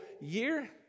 year